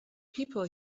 people